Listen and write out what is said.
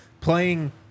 playing